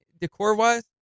decor-wise